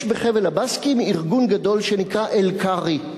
יש בחבל הבסקים ארגון גדול שנקרא Elkarri,